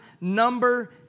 number